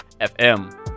FM